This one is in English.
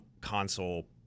console